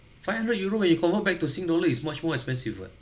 five hundred euro when you convert back to sing dollar is much more expensive [what]